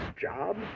job